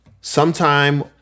Sometime